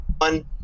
one